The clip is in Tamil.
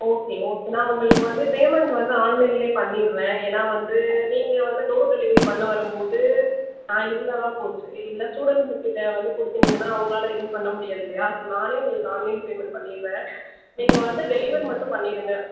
ஓகே ஓகே நான் உங்களுக்கு வந்து பேமெண்ட் வந்து ஆன்லைன்லேயே பண்ணிட்றேன் ஏன்னா வந்து நீங்கள் வந்து டோர் டெலிவெரி பண்ண வரும்போது நான் இருந்தால் தான் போச்சு இல்லைனா ஸ்டூடெண்ட் கிட்டே வந்து கொடுத்தீங்கனா அவங்களால எதுவும் பண்ண முடியாது இல்லையா ஸோ நானே உங்களுக்கு ஆன்லைன் பேமெண்ட் பண்ணிட்றேன் நீங்கள் வந்து டெலிவெரி மட்டும் பண்ணிவிடுங்க